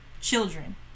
children